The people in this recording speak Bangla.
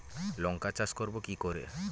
লঙ্কা চাষ করব কি করে?